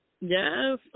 Yes